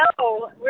no